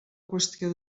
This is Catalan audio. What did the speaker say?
qüestió